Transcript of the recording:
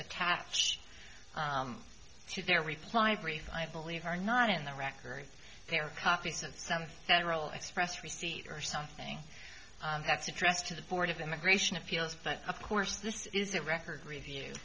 attached to their reply brief i believe are not in the records there are copies of some federal express receipt or something that's addressed to the board of immigration appeals but of course this is a record review